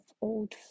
old